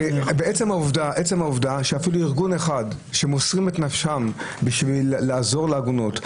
ועצם העובדה שאפילו ארגון אחד שמוסרים את נפשם בשביל לעזור לעגונות,